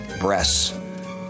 breasts